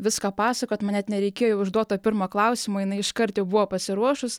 viską pasakot man net nereikėjo užduot to pirmo klausimo jinai iškart jau buvo pasiruošus